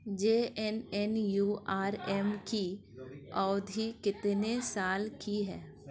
JNNURM की अवधि कितने साल की है?